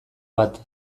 bat